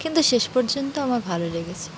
কিন্তু শেষ পর্যন্ত আমার ভালো লেগেছে